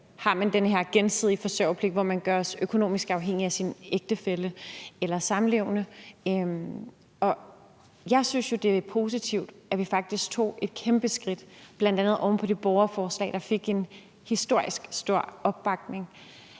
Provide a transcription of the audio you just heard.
har man den her gensidige forsørgerpligt, hvor man gøres økonomisk afhængig af sin ægtefælle eller samlevende. Jeg synes jo, det er positivt, at vi faktisk tog et kæmpe skridt, bl.a. oven på det borgerforslag, der fik en historisk stor opbakning,